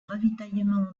ravitaillement